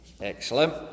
Excellent